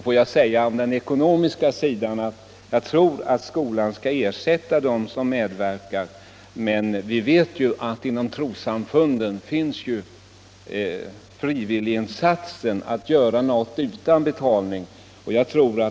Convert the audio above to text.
När det gäller den ekonomiska sidan tror jag att skolan skall ersätta dem som medverkar, men vi vet att det inom trossamfunden finns många som är beredda till frivilliga insatser, att göra något utan betalning.